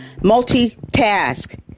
multitask